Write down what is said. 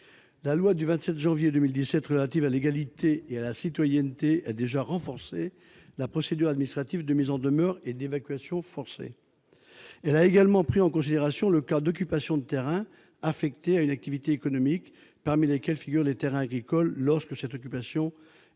La loi du 27 janvier 2017 relative à l'égalité et à la citoyenneté a déjà renforcé la procédure administrative de mise en demeure et d'évacuation forcée. Elle a également pris en considération le cas d'occupation de terrains affectés à une activité économique parmi lesquels figurent les terrains agricoles, lorsque cette occupation est de